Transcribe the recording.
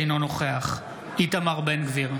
אינו נוכח איתמר בן גביר,